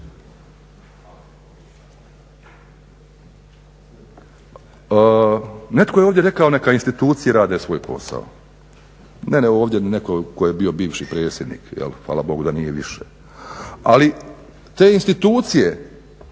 Netko je ovdje rekao neka institucije rade svoj posao. Ne, ne ovdje, netko tko je bio bivši predsjednik je li, hvala Bogu da nije više, ali te institucije